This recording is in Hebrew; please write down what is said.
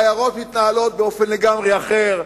העיירות מתנהלות באופן לגמרי אחר.